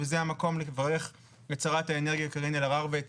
וזה המקום לברך את שרת האנרגיה קארין אלהרר ואת